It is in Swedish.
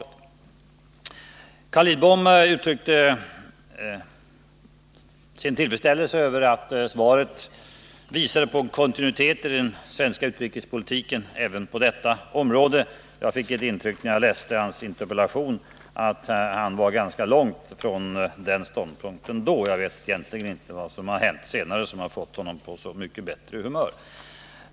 Carl Lidbom uttryckte sin tillfredsställelse över att svaret visade en kontinuitet i den svenska utrikespolitiken även på detta område. Då jag läste hans interpellation fick jag intrycket att han då befann sig ganska långt ifrån den ståndpunkten. Jag vet egentligen inte vad som senare har hänt som fått honom på så mycket bättre humör.